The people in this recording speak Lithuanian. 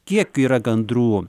kiek yra gandrų